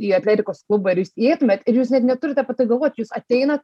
į atletikos klubą ir jūs įeitumėt ir jūs net neturit apie tai galvot jūs ateinat